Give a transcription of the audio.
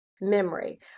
memory